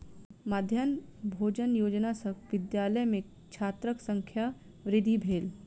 मध्याह्न भोजन योजना सॅ विद्यालय में छात्रक संख्या वृद्धि भेल